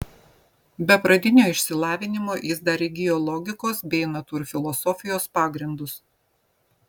be pradinio išsilavinimo jis dar įgijo logikos bei natūrfilosofijos pagrindus